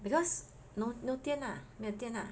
because no no 电 lah 没有电 lah